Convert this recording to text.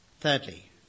Thirdly